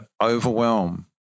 overwhelm